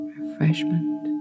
refreshment